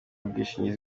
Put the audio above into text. ubwishingizi